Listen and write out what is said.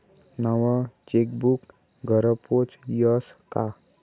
नवं चेकबुक घरपोच यस का?